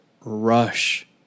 rush